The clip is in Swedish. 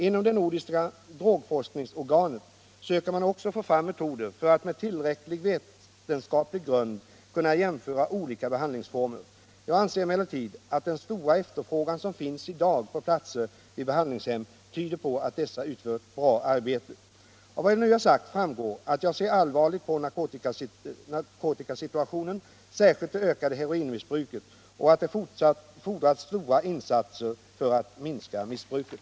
Inom det nordiska drogforskningsorganet söker man också få fram metoder för att med tillräcklig vetenskaplig grund kunna jämföra olika behandlingsformer. Jag anser emellertid att den stora efterfrågan som finns i dag på platser vid behandlingshem tyder på att dessa utför ett bra arbete. Av vad jag nu har sagt framgår att jag ser allvarligt på narkotikasituationen, särskilt det ökade heroinmissbruket, och att det fordras stora insatser för att minska missbruket.